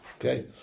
okay